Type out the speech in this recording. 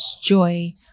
joy